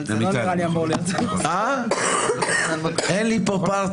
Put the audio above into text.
אבל זה לא נראה לי אמור להיות --- אין לי פה פרטנר.